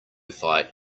fight